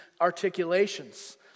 articulations